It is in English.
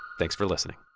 thanks for listening